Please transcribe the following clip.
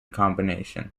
combination